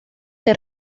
que